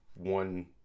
one